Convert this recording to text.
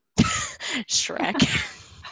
Shrek